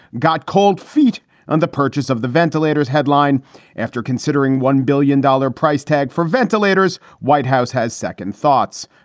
got cold feet on the purchase of the ventilators headline after considering one billion dollars price tag for ventilators. white house has second thoughts.